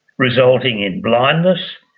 resulting in blindness,